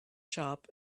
shop